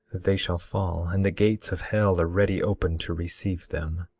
they shall fall, and the gates of hell are ready open to receive them.